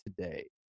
today